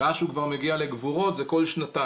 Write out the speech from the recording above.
שעה שהוא כבר מגיע לגבורות זה כל שנתיים.